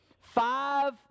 five